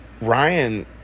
Ryan